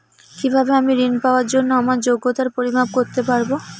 কিভাবে আমি ঋন পাওয়ার জন্য আমার যোগ্যতার পরিমাপ করতে পারব?